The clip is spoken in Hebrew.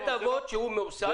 בית אבות שהוא מוסד.